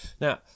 Now